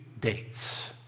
dates